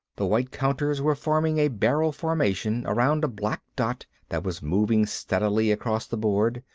the white counters were forming a barrel formation around a black dot that was moving steadily across the board,